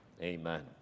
amen